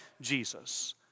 Jesus